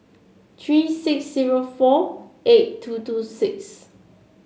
three six zero four eight two two six